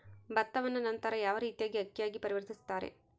ಭತ್ತವನ್ನ ನಂತರ ಯಾವ ರೇತಿಯಾಗಿ ಅಕ್ಕಿಯಾಗಿ ಪರಿವರ್ತಿಸುತ್ತಾರೆ?